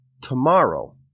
tomorrow